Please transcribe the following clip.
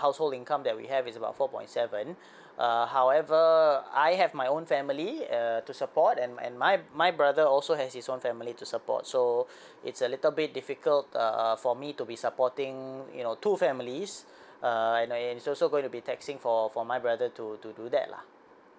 household income that we have is about four point seven uh however I have my own family err to support and and my my brother also has his own family to support so it's a little bit difficult err err for me to be supporting you know two families uh and and it's also gonna be taxing for for my brother to to do that lah